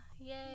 yay